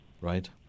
right